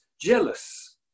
jealous